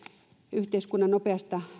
yhteiskunnan nopeasta